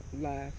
life